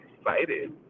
excited